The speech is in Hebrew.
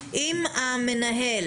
אם המנכ"ל